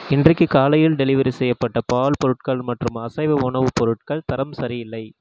இன்றைக்கு காலையில் டெலிவெரி செய்யப்பட்ட பால் பொருட்கள் மற்றும் அசைவ உணவுப் பொருட்கள் தரம் சரியில்லை